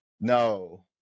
No